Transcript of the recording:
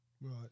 Right